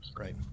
right